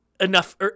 enough